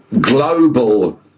global